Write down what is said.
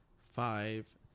five